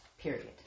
Period